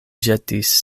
ĵetis